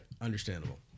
Understandable